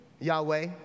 Yahweh